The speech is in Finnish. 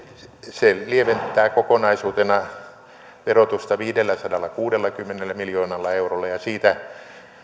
se lieventää kokonaisuutena verotusta viidelläsadallakuudellakymmenellä miljoonalla eurolla ja siitä